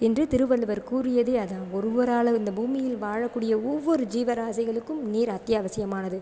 என்று திருவள்ளுவர் கூறியதே அதுதான் ஒருவரால் இந்த பூமியில் வாழக்கூடிய ஒவ்வொரு ஜீவராசிகளுக்கும் நீர் அத்தியாவசியமானது